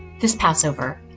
this passover,